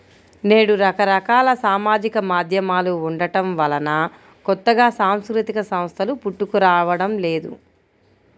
నేడు రకరకాల సామాజిక మాధ్యమాలు ఉండటం వలన కొత్తగా సాంస్కృతిక సంస్థలు పుట్టుకురావడం లేదు